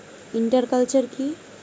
Inter culture কি?